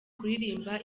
kuririmba